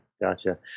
gotcha